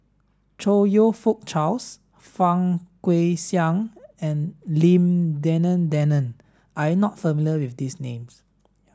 Chong You Fook Charles Fang Guixiang and Lim Denan Denon are you not familiar with these names